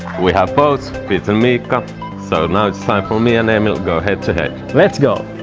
we have both beaten miikka so now it's time for me and emil go head-to-head! let's go!